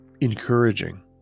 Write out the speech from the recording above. encouraging